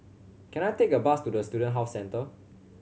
can I take a bus to the Student Health Centre